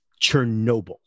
Chernobyl